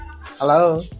Hello